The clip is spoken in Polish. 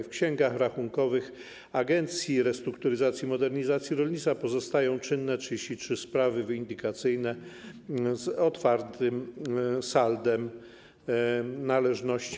W księgach rachunkowych Agencji Restrukturyzacji i Modernizacji Rolnictwa pozostają czynne 33 sprawy windykacyjne z otwartym saldem należności.